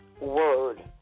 word